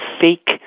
fake